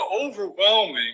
overwhelming